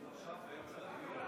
עכשיו, באמצע הדיון?